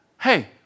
hey